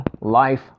Life